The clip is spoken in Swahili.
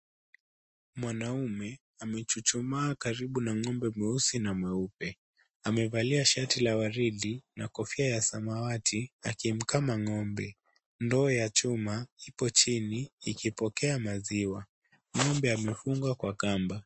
Mwanaume amechuchumaa karibu na ng'ombe mweusi na mweupe. Amevalia shati la waridi na kofia ya samawati akimkama ng'ombe. Ndoo ya chuma ipo chini ikipokea maziwa. Ng'ombe amefungwa kwa kamba.